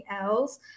else